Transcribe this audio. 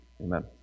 amen